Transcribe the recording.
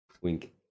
Wink